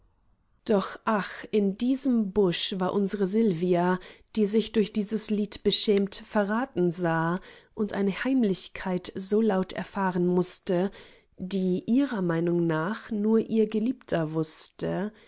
doch ach in diesem busch war unsre sylvia die sich durch dieses lied beschämt verraten sah und eine heimlichkeit so laut erfahren mußte die ihrer meinung nach nur ihr geliebter wußte